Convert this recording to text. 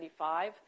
1995